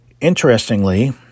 Interestingly